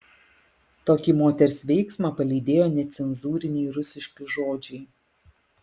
tokį moters veiksmą palydėjo necenzūriniai rusiški žodžiai